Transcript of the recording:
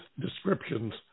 descriptions